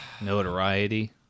Notoriety